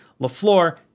LaFleur